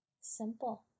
Simple